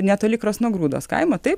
netoli krosnogrūdos kaimo taip